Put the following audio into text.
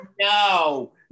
no